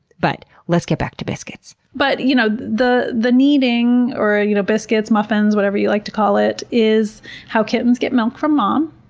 but let's get back to biscuits. but you know, the the kneading or you know biscuits, muffins, whatever you'd like to call it, is how kittens get milk from mom.